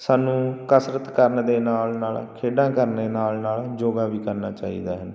ਸਾਨੂੰ ਕਸਰਤ ਕਰਨ ਦੇ ਨਾਲ ਨਾਲ ਖੇਡਾਂ ਕਰਨੇ ਨਾਲ ਨਾਲ ਯੋਗਾ ਵੀ ਕਰਨਾ ਚਾਹੀਦਾ ਹੈ